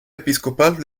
episcopal